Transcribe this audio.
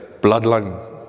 bloodline